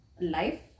life